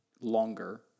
longer